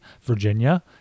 Virginia